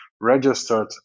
registered